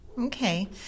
Okay